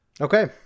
Okay